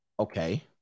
Okay